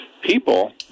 People